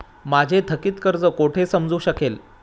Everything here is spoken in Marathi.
माझे थकीत कर्ज कुठे समजू शकेल?